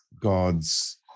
God's